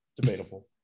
debatable